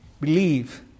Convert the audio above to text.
Believe